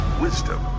wisdom